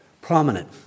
prominent